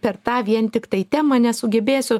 per tą vien tiktai temą nesugebėsiu